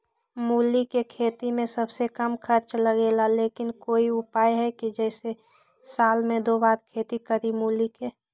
मूली के खेती में सबसे कम खर्च लगेला लेकिन कोई उपाय है कि जेसे साल में दो बार खेती करी मूली के?